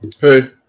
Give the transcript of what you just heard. Hey